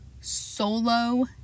solo